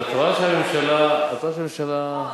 את רואה שהממשלה, נכון.